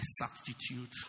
substitute